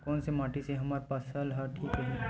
कोन से माटी से हमर फसल ह ठीक रही?